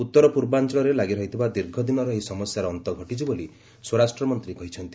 ଉତ୍ତର ପୂର୍ବାଞ୍ଚଳରେ ଲାଗି ରହିଥିବା ଦୀର୍ଘଦିନର ଏହି ସମସ୍ୟାର ଅନ୍ତ ଘଟିଛି ବୋଲି ସ୍ୱରାଷ୍ଟ୍ର ମନ୍ତ୍ରୀ କହିଛନ୍ତି